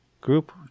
group